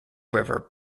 river